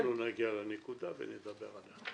אז אנחנו נגיע לנקודה ונדבר עליה.